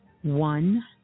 One